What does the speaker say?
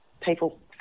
people